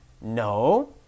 No